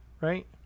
right